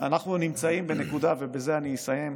אנחנו נמצאים בנקודה, ובזה אני אסיים,